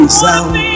sound